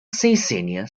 senior